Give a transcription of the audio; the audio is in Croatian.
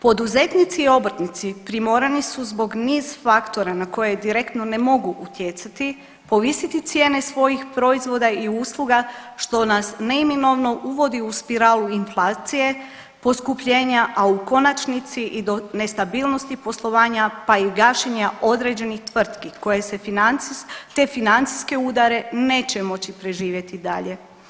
Poduzetnici i obrtnici primorani su zbog niz faktora na koje direktno ne mogu utjecati povisiti cijene svojih proizvoda i usluga što nas neminovno uvodi u spiralu inflacije poskupljenja, a u konačnici i do nestabilnosti poslovanja, pa i gašenja određenih tvrtki koje te financijske udare neće moći preživjeti dalje.